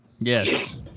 Yes